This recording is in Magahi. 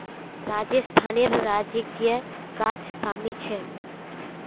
राजस्थानेर राजकीय गाछ शमी छे